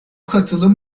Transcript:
katılım